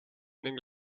ning